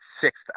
sixth